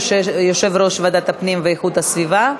יושב-ראש ועדת הפנים ואיכות הסביבה.